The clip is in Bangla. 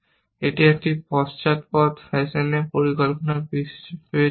এটি একটি পশ্চাদপদ ফ্যাশনে পরিকল্পনা বিবেচনা করে